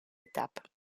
étapes